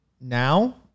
now